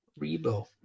Rebo